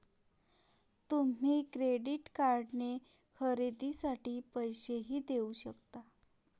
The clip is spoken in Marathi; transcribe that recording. तुम्ही क्रेडिट कार्डने खरेदीसाठी पैसेही देऊ शकता